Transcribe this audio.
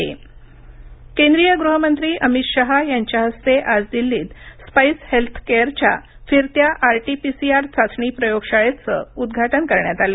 चाचणी केंद्रीय गृहमंत्री अमित शहा यांच्या हस्ते आज दिल्लीत स्पाईस हेल्थकेअरच्या फिरत्या आरटी पीसीआर चाचणी प्रयोगशाळेचं उद्घाटन करण्यात आलं